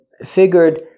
figured